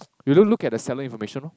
you don't look at the selling information lor